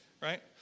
Right